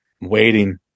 waiting